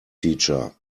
teacher